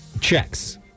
Checks